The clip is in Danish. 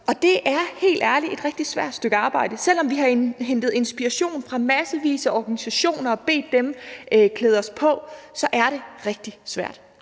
Det er helt ærligt et rigtig svært stykke arbejde. Selv om vi har hentet inspiration fra massevis af organisationer og bedt dem klæde os på, så er det et rigtig svært